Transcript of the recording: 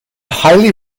highly